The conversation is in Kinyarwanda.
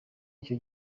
icyo